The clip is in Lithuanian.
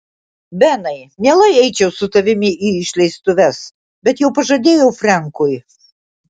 benai mielai eičiau su tavimi į išleistuves bet jau pažadėjau frenkui